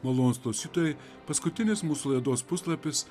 malonūs klausytojai paskutinis mūsų laidos puslapis